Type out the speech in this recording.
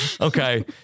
Okay